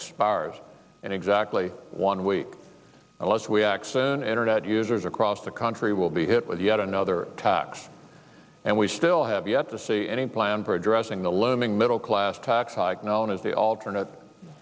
expires in exactly one week unless we aks an internet users across the country will be hit with yet another tax and we still have yet to see any plan for addressing the looming middle class tax hike known as the alternate